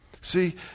See